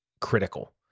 critical